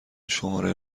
شماره